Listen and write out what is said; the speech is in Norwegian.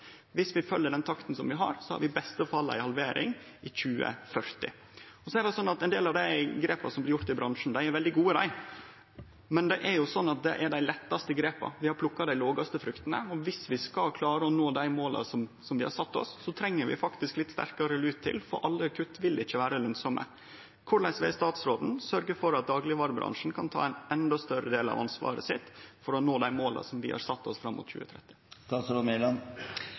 har vi i beste fall ei halvering i 2040. Ein del av dei grepa som blir tekne i bransjen, er veldig gode, men det er dei lettaste grepa, ein har plukka dei fruktene som heng lågast. Viss vi skal klare å nå dei måla vi har sett oss, treng vi faktisk litt sterkare lut, for alle kutt vil ikkje vere lønsame. Korleis vil statsråden sørgje for at daglegvarebransjen kan ta ein endå større del av ansvaret for å nå dei måla vi har sett oss fram mot